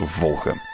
volgen